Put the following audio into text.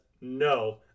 no